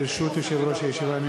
ברשות יושב-ראש הישיבה,